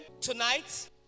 tonight